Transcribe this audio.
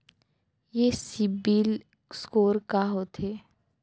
ये CIBIL score का होथे?